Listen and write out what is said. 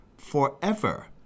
forever